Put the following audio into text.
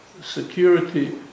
security